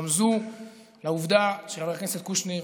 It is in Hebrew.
שרמזו לעובדה שחבר הכנסת קושניר